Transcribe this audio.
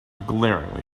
glaringly